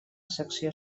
secció